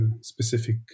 specific